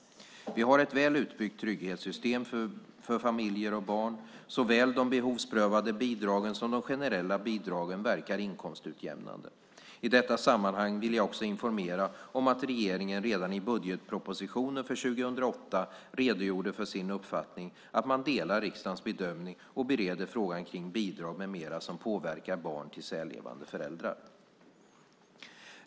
Vi har ett väl utbyggt trygghetssystem för familjer och barn. Såväl de behovsprövade bidragen som de generella bidragen verkar inkomstutjämnande. I detta sammanhang vill jag också informera om att regeringen redan i budgetpropositionen för 2008 redogjorde för sin uppfattning att man delar riksdagens bedömning och bereder frågan kring bidrag med mera som påverkar barn till särlevande föräldrar.